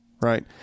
right